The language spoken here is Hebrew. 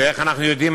ואיך אנחנו יודעים?